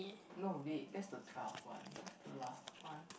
no wait that's the twelve one that's the last one